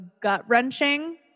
gut-wrenching